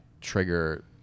trigger